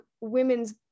women's